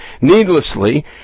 needlessly